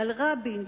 ועל רבין,